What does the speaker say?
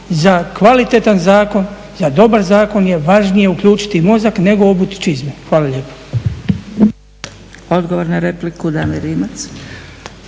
za kvalitetan zakon, za dobar zakon je važnije uključiti mozak nego obuti čizme. Hvala lijepo. **Zgrebec, Dragica